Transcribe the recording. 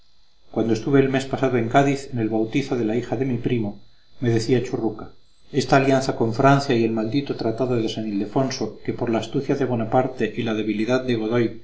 cuando estuve el mes pasado en cádiz en el bautizo de la hija de mi primo me decía churruca esta alianza con francia y el maldito tratado de san ildefonso que por la astucia de bonaparte y la debilidad de godoy